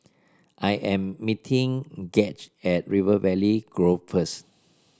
I am meeting Gage at River Valley Grove first